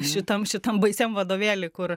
šitam šitam baisiam vadovėly kur